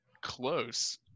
close